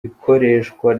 ikoreshwa